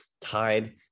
tied